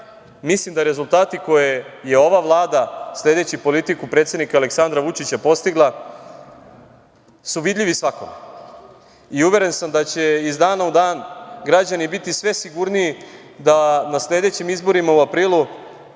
mislim da rezultati koje je ova Vlada, sledeći politiku predsednika Aleksandra Vučića, postigla, su vidljivi svakome i uveren sam da će iz dana u dan građani biti sve sigurniji da na sledećim izborima u aprilu